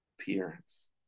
appearance